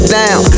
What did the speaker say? down